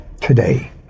today